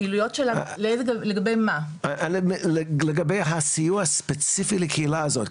לגבי הסיוע הספציפי לקהילה הזאת.